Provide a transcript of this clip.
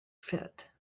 fit